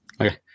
Okay